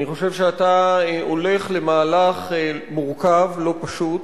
אני חושב שאתה הולך למהלך מורכב, לא פשוט,